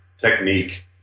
technique